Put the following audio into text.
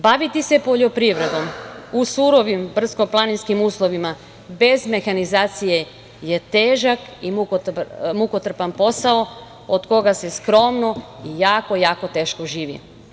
Baviti se poljoprivredom u surovim brdsko planinskim uslovima bez mehanizacije je težak i mukotrpan posao od koga se skromno i jako, jako teško živi.